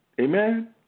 Amen